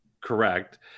correct